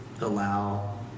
allow